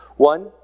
One